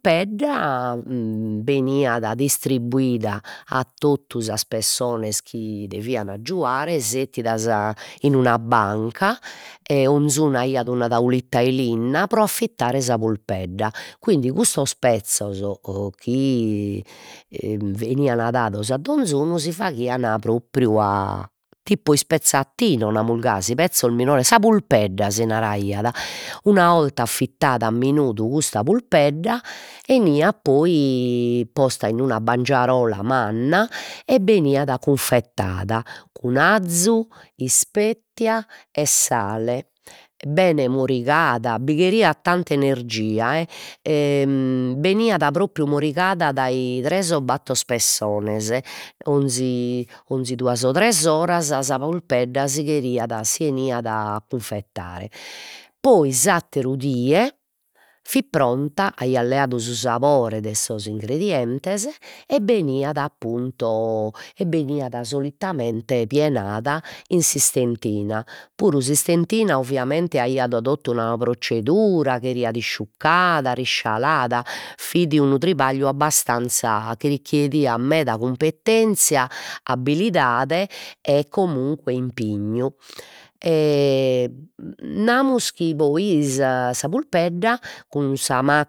Peddda beniat distibbuida a totu sas pessones chi devian aggiuare settidas in una banca e 'onzuna aiat una taulitta 'e linna pro affitare sa pulpedda, quindi cussos pezzos o chi 'enian dados a donzunu, si faghian propriu a tipu ispezzatino, namus gasi, pezzos minores, sa pulpedda si naraiat, una 'olta affittada a minudu custa pulpedda 'eniat poi posta in una bangiarola manna e beniat cunfettada cun azu, ispettia e sale, bene morigada, bi cheriat tanta energia e e beniat propriu morigada dai tres o battor pessones 'onzi 'onzi duas o tres oras sa pulpedda si cheriat si 'eniat cunfettare, poi s'atteru die fit pronta, aiat leadu su sabore de sos ingredientes e beniat appunto, e beniat solitamente pienada in s'istentina, puru s'istentina ovviamente aiat totu una prozzedura, cheriat isciuccada, riscialada, fit unu trabagliu abbastanzia chi rechiediat meda cumpetenzia, abbilidade e comunque impignu namus chi poi sa sa pulpedda cun sa ma